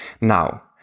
Now